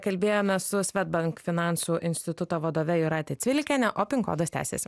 kalbėjomės su swedbank finansų instituto vadove jūrate cvilikiene o pin kodas tęsiasi